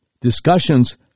Discussions